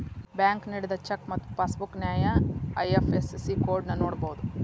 bank ನೇಡಿದ cheque ಮತ್ತ passbook ನ್ಯಾಯ ಐ.ಎಫ್.ಎಸ್.ಸಿ ಕೋಡ್ನ ನೋಡಬೋದು